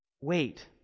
wait